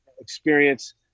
experience